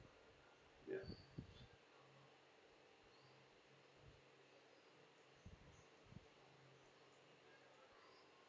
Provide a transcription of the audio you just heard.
ya